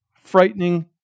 frightening